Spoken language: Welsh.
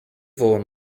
fôn